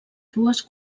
dues